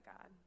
God